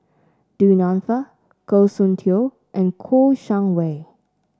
Du Nanfa Goh Soon Tioe and Kouo Shang Wei